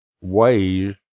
ways